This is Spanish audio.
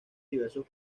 diversos